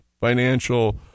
financial